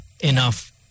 enough